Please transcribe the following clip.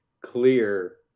clear